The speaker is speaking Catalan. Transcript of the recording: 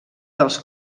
dels